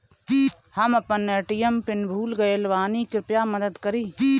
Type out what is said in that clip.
हम अपन ATM PIN भूल गएल बानी, कृपया मदद करीं